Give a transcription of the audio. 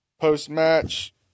Post-match